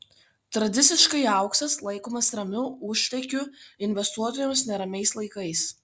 tradiciškai auksas laikomas ramiu užutėkiu investuotojams neramiais laikais